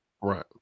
right